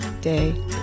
day